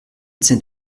sind